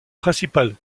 principales